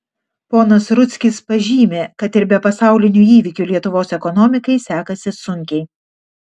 ponas rudzkis pažymi kad ir be pasaulinių įvykių lietuvos ekonomikai sekasi sunkiai